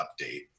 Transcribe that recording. update